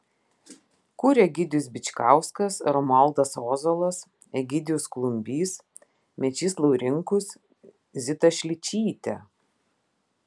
kur egidijus bičkauskas romualdas ozolas egidijus klumbys mečys laurinkus zita šličytė